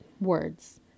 words